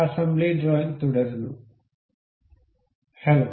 assembly ഡ്രോയിംഗ്തുടരുന്നു hello